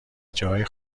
جاهای